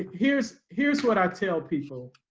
here's here's what i tell people.